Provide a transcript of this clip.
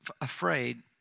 afraid